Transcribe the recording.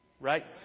right